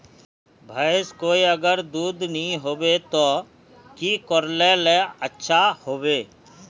भैंस कोई अगर दूध नि होबे तो की करले ले अच्छा होवे?